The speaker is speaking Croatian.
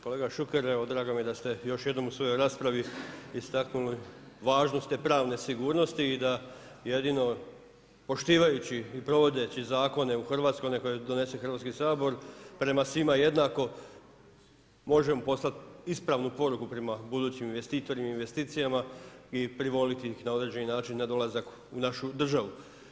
Kolega Šuker evo drago mi je da ste još jednom u svojoj raspravi istaknuli važnost te pravne sigurnosti i da jedino poštivajući i provodeći zakone u Hrvatskoj koje donese Hrvatski sabor prema svima jednako, možemo poslati ispravnu poruku prema budućim investitorima i investicijama i privoliti ih na određeni način na dolazak u našu državu.